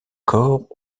corps